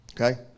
Okay